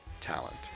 talent